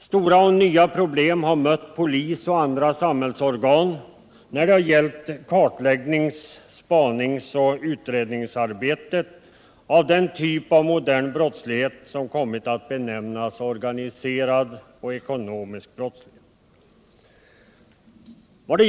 Stora och nya problem har mött polis och andra samhällsorgan när det har gällt kartläggnings-, spaningsoch utredningsarbete av den typ av modern brottslighet som kommit att be 163 nämnas organiserad och ekonomisk brottslighet.